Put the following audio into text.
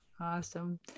awesome